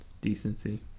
decency